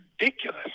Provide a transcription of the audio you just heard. ridiculous